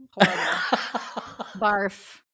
Barf